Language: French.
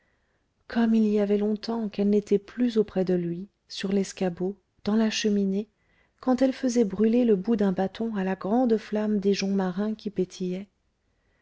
comme il y avait longtemps qu'elle n'était plus auprès de lui sur l'escabeau dans la cheminée quand elle faisait brûler le bout d'un bâton à la grande flamme des joncs marins qui pétillaient